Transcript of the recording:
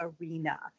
arena